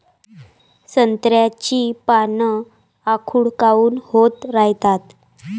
संत्र्याची पान आखूड काऊन होत रायतात?